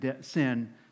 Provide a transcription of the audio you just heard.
sin